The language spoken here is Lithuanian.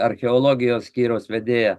archeologijos skyriaus vedėja